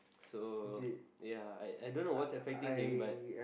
so ya I I don't know what's affecting him